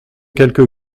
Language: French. quelque